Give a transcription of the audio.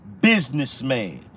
businessman